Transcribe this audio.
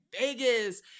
Vegas